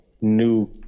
new